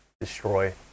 destroy